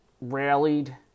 rallied